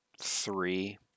three